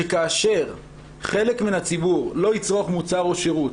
שכאשר חלק מן הציבור לא יצרוך מוצר או שירות